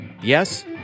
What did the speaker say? yes